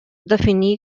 definir